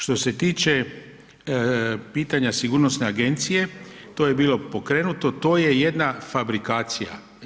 Što se tiče pitanja sigurnosne agencije, to je bilo pokrenuto, to je jedna fabrikacija.